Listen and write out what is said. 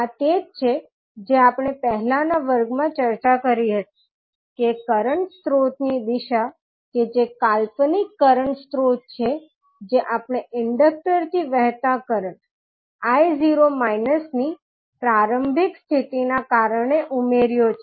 આ તે છે જે આપણે પહેલા ના વર્ગમાં ચર્ચા કરી હતી કે કરંટ સ્રોતની દિશા કે જે કાલ્પનિક કરંટ સ્રોત છે જે આપણે ઇન્ડેક્ટર થી વહેતા કરંટ 𝑖 0−ની પ્રારંભિક સ્થિતિના કારણે ઉમેર્યો છે